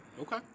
Okay